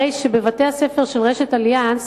הרי בבתי-הספר של רשת "אליאנס"